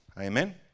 Amen